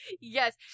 Yes